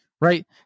right